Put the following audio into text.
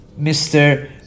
Mr